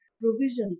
provisions